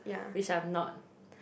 which I'm not